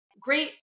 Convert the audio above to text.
Great